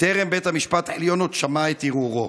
בטרם בית המשפט העליון שמע את ערעורו.